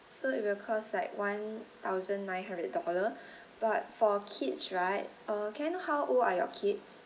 so it will cost like one thousand nine hundred dollars but for kids right uh can I know how old are your kids